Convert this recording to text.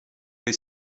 les